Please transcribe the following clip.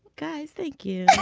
guys thank you